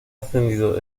ascendido